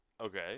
Okay